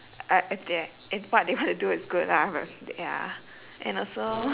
uh if they if what they wanna do is good lah but ya and also